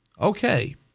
okay